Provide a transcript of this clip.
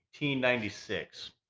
1896